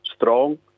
strong